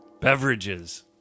beverages